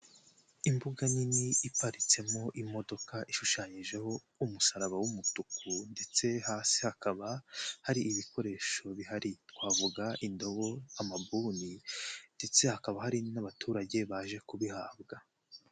Imbuga nini iparitsemo imodoka, ishushanyijeho umusaraba w'umutuku ndetse hasi hakaba hari ibikoresho bihari. Twavuga indobo, amabuni ndetse hakaba hari n'abaturage baje kubihabwa.